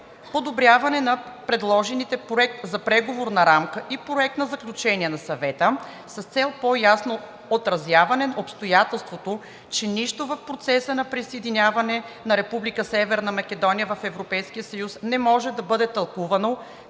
подобряване на предложените Проект за Преговорна рамка и Проект за Заключение на Съвета с цел по-ясно отразяване на обстоятелството, че нищо в процеса на присъединяване на РСМ в ЕС не може да бъде тълкувано